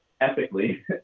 ethically